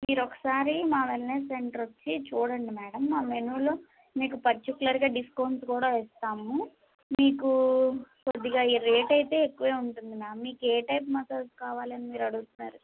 మీరు ఒకసారి మా వెల్నెస్ సెంటర్ వచ్చి చూడండి మ్యాడమ్ మా మెనూలో మీకు పర్చికులర్గా డిస్కౌంట్ కూడా వేస్తాము మీకూ కొద్దిగా ఎ రేట్ అయితే ఎక్కువ ఉంటుంది మ్యామ్ మీక్ ఏ టైప్ మసాజ్ కావాలని మీరు అడుగుతున్నారు